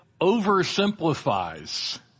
oversimplifies